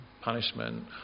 punishment